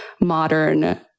modern